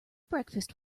breakfast